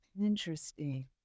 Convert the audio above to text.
interesting